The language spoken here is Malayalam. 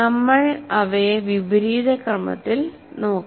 നമ്മൾ അവയെ വിപരീത ക്രമത്തിൽ നോക്കും